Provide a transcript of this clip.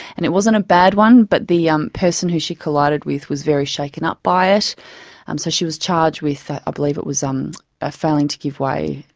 and it wasn't a bad one but the um person who she collided with was very shaken up by it, um so she was charged with, i believe it was um ah failing to give way,